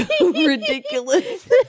Ridiculous